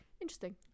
Interesting